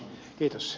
kiitos